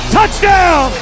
Touchdown